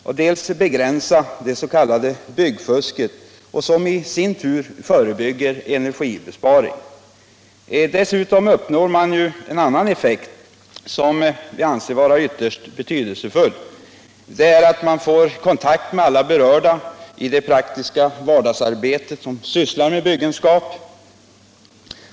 Detta skulle också begrärisa det s.k. byggfusket, som ju i sin tur förhindrar energibesparing. Dessutom uppnår man en annan effekt som jag anser vara ytterst betydelsefull. Man får kontakt med alla berörda i det praktiska vardagsarbetet, som där sysslar med byggenskap.